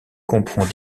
comprend